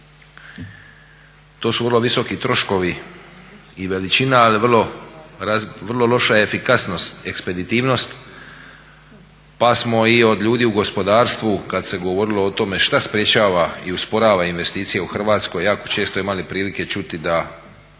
to su vrlo visoki troškovi i veličina, ali vrlo loša efikasnost, ekspeditivnost pa smo i od ljudi u gospodarstvu kada se govorilo o tome što sprečava i usporava investicije u Hrvatskoj jako često imali prilike čuti da